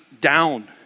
down